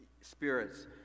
spirits